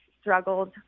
struggled